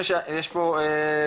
יש פה,